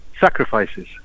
sacrifices